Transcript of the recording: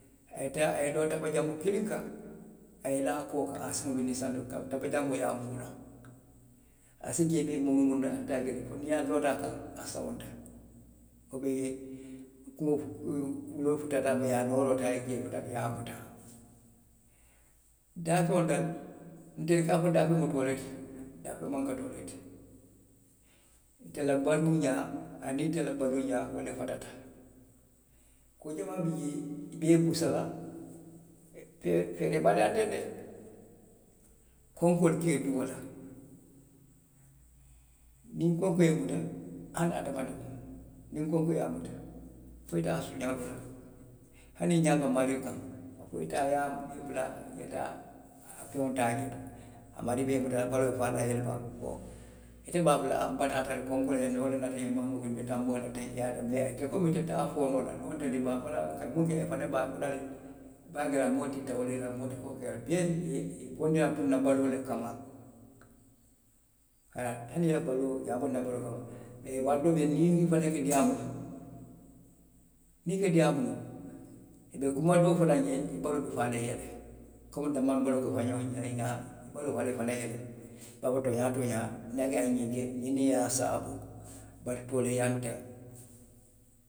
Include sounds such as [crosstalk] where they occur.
A ye taa. a ye loo tabajanba kiliŋ kaŋ, a ye i laa a koo kaŋ a ye a siŋolu tiliŋ santo. tabajanboo ye a muuraa. Ali si jee bee muruŋ muruŋ. ali te a je la. fo niŋ a li loota a kaŋ a sawunta; ubiyeŋ, wuloolu futata a ma. i ye a nooroo taa, i ye muta, i ye a muta; daafeŋolu daali. ntelu ka a fo dsaafeŋo mu toolee ti, daafeŋo maŋ kr toolee ti; ntelu la baluu ňaa, aniŋ itelu la baluu ňaa, wo le fatata. kuu jamaa bi jee. i be i busa la. i bataata le de, konkoo le ka i duŋ wo la; niŋ konoo ye i muta. hani hadamadiŋo, niŋ konkoo ye a muta, fo i ye taa suuňaaroo la de. hani i ňaa be a maarii kaŋ, fo i ye taa i ye bula a nooma, i ye taa a la feŋ taa jee. a maarii be i muta la, a baloo be faa la i ye [unintelligible] ite be a fo la nbataata le, konkoo le ye nmuta wo le ye a tinna i ye xiŋ mangoo kati; nbe tanboo la teŋ, i ye a kati. Komi itelu te a fo noo la. niŋ wonteŋ i be a fo la le. i ka kuu ke, i be a fo la le. A be a je la moo te tawu la i la. moo te kuu ke la i la. Biyeŋ wure i ye bondi naŋ puru nna baluo le kanma. hani nna faloo, i ye a bondi nna baluo le kanma. Bari doo bi jee, niŋ i fanaŋ ka diyaamu, niŋ i ka diyaamu. i be kuma doo fo i ye, i baloo be faa la i ye le komi danmawolu baloo ka faa ňoŋ ye ňaamiŋ, i baloo be faa la i fanaŋ ye le. Ka a fo tooňaa tooňaa, niŋ ye a je a ye ŋ ke, ňiŋ ne ye a saabu, bari tooleeyaa nteŋ.